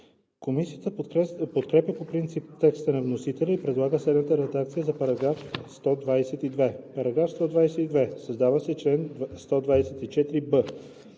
Комисията подкрепя по принцип текста на вносителя и предлага следната редакция за § 122: „§ 122. Създава се чл. 124б: